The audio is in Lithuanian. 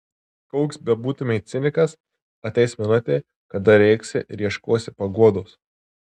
koks bebūtumei cinikas ateis minutė kada rėksi ir ieškosi paguodos